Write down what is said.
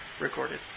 recorded